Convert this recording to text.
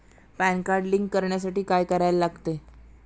Pan card link करण्यासाठी काय करायला लागते?